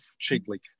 cheaply